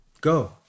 go